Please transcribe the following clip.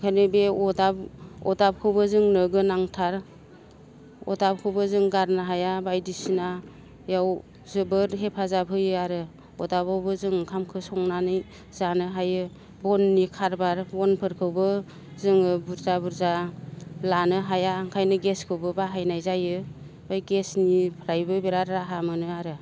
ओंखायनो बे अरदाब अरदाबखौबो जोंनो गोनांथार अरदाबखौबो जों गारनो हाया बायदिसिनायाव जोबोद हेफाजाब होयो आरो अरदाबावबो जों ओंखामखौ संनानै जानो हायो बननि खारबार बनफोरखौबो जोङो बुरजा बुरजा लानो हाया ओंखायनो गेसखौबो बाहायनाय जायो ओमफ्राय गेसनिफ्रायबो बिराद राहा मोनो आरो